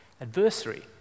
adversary